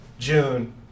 june